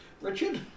Richard